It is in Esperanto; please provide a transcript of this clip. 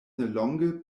nelonge